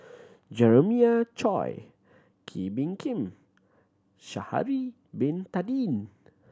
Jeremiah Choy Kee Bee Khim Sha'ari Bin Tadin